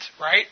right